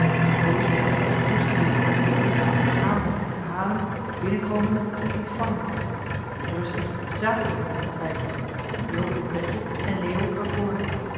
boos was hij straks op loes geweest toen die gegaan om het boek te halen binnenkomende het liet vallen rustig zaten ze nu met zijn beidjes joop in het bedje en leo ervr